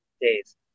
days